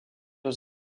aux